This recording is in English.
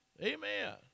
Amen